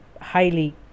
highly